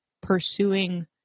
pursuing